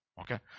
Okay